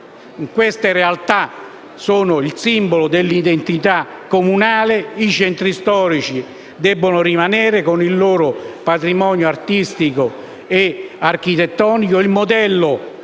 quelle realtà, sono il simbolo dell'identità comunale e debbono rimanere tali, con il loro patrimonio artistico e architettonico.